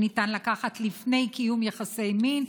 שניתן לקחת לפני קיום יחסי המין,